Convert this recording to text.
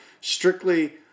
strictly